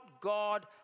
God